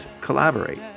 collaborate